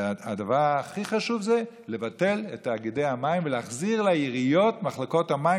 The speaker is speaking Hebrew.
והדבר הכי חשוב זה לבטל את תאגידי המים ולהחזיר לעיריות את מחלקות המים.